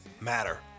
matter